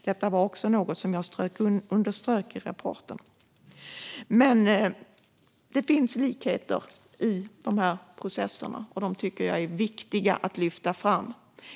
Detta var något som jag underströk i rapporten. Det finns likheter i de här processerna, och jag tycker att de är viktiga att lyfta fram.